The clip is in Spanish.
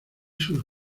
sus